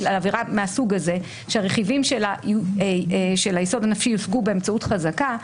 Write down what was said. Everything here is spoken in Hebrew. על עבירה מהסוג הזה שהרכיבים של היסוד הנפשי יושגו באמצעות חזקה,